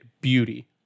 Beauty